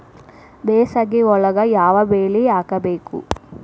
ಬ್ಯಾಸಗಿ ಒಳಗ ಯಾವ ಬೆಳಿ ಹಾಕಬೇಕು?